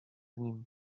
nim